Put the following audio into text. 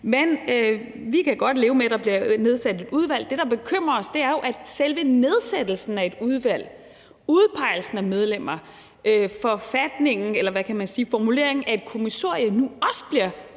Men vi kan godt leve med, at der bliver nedsat et udvalg. Det, der bekymrer os, er jo, at selve nedsættelsen af et udvalg, udpegelsen af medlemmer, formuleringen af et kommissorie nu også bliver